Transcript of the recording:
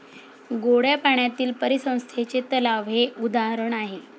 गोड्या पाण्यातील परिसंस्थेचे तलाव हे उदाहरण आहे